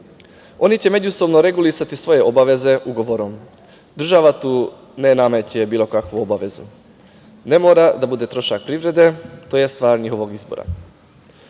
Oni će međusobno regulisati svoje obaveze ugovorom, država tu ne nameće bilo kakvu obavezu, ne mora da bude trošak privrede, tj. stvar njihovog